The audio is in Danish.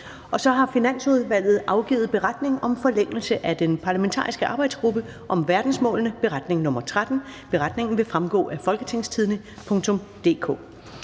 ovenfor). Finansudvalget har afgivet: Beretning om forlængelse af den parlamentariske arbejdsgruppe om verdensmålene. (Beretning nr. 13). Beretningen vil fremgå af www.folketingstidende.dk.